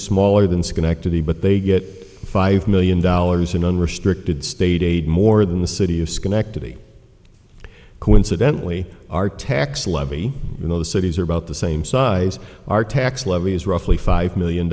smaller than schenectady but they get five million dollars in unrestricted state aid more than the city of schenectady coincidentally our tax levy in those cities are about the same size our tax levy is roughly five million